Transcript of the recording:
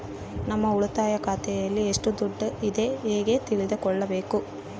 ನಮ್ಮ ಉಳಿತಾಯ ಖಾತೆಯಲ್ಲಿ ಎಷ್ಟು ದುಡ್ಡು ಇದೆ ಹೇಗೆ ತಿಳಿದುಕೊಳ್ಳಬೇಕು?